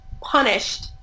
punished